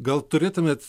gal turėtumėt